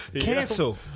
Cancel